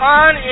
on